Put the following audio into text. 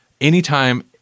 anytime